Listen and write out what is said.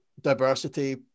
diversity